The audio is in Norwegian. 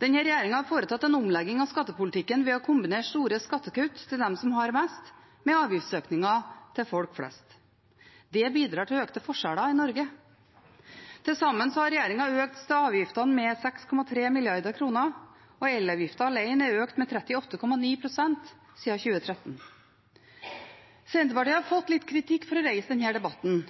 Denne regjeringen har foretatt en omlegging av skattepolitikken ved å kombinere store skattekutt til dem som har mest, med avgiftsøkninger til folk flest. Det bidrar til økte forskjeller i Norge. Til sammen har regjeringen økt avgiftene med 6,3 mrd. kr, og elavgiften alene er økt med 38,9 pst. siden 2013. Senterpartiet har fått litt